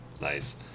Nice